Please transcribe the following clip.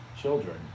children